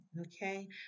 Okay